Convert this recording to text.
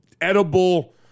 edible